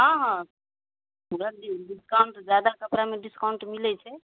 हँ हँ दऽ दियौ डिस्काउंट जादा कपड़ामे डिस्काउंट मिलय छै